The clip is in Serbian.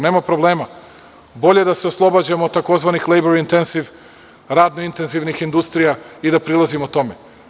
Nema problema, bolje da se oslobađamo tzv. labor intensive, radno intenzivnih industrija i da prilazimo tome.